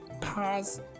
Pause